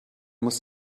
muss